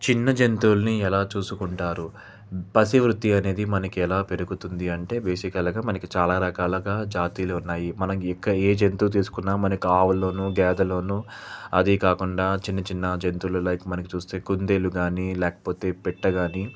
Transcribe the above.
చిన్న జంతువులని ఎలా చూసుకుంటారు పశు వృద్ది అనేది మనకి ఎలా పెరుగుతుంది అంటే బేసికల్గా మనకి చాలా రకాలగా జాతీలున్నాయి మన ఎక్క ఏ జంతువు తీసుకున్నా మనకు ఆవులోనూ గేదేలోనూ అది కాకుండా చిన్న చిన్న జంతువులు లైక్ మనకి చూస్తే కుందేలు కానీ లేకపోతే పిట్ట కానీ